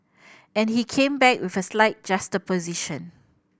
and he came back with a slight juxtaposition